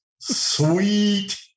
sweet